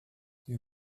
you